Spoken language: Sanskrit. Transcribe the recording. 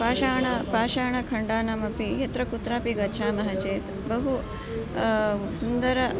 पाषाण पाषाणखण्डाणामपि यत्र कुत्रापि गच्छामः चेत् बहु सुन्दरं